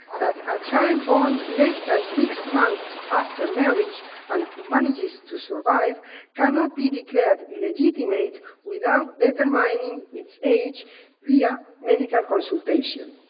that a child born less than six months after marriage and who manages to survive cannot be declared illegitimate without determining its age via medical consultation.